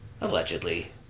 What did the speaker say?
Allegedly